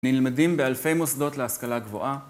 נלמדים באלפי מוסדות להשכלה גבוהה.